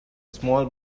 small